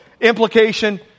implication